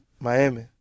Miami